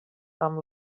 amb